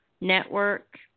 Network